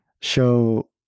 show